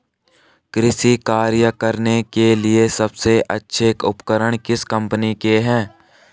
कृषि कार्य करने के लिए सबसे अच्छे उपकरण किस कंपनी के हैं?